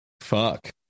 fuck